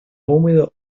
húmedo